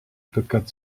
stuttgart